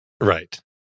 Right